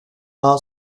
daha